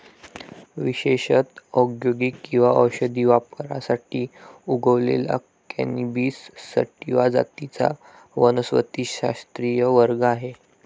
विशेषत औद्योगिक किंवा औषधी वापरासाठी उगवलेल्या कॅनॅबिस सॅटिवा जातींचा वनस्पतिशास्त्रीय वर्ग आहे